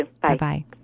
Bye-bye